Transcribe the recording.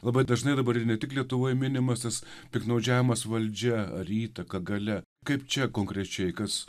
labai dažnai dabar ir ne tik lietuvoje minimas piktnaudžiavimas valdžia rytą gali kaip čia konkrečiai kas